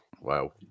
Wow